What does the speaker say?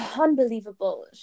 Unbelievable